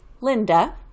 Linda